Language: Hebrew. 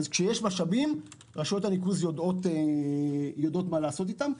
כשיש משאבים, רשויות הניקוז יודעות מה לעשות איתם.